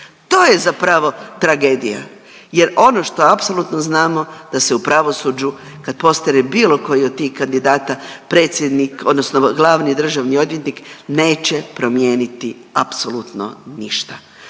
To je zapravo tragedija, jer ono što apsolutno znamo da se u pravosuđu kad postane bilo koji od tih kandidata predsjednik, odnosno glavni državni odvjetnik neće promijeniti apsolutno ništa